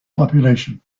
population